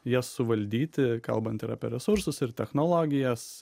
jas suvaldyti kalbant ir apie resursus ir technologijas